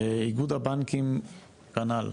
איגוד הבנקים כנ"ל.